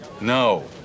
No